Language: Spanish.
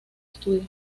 estudio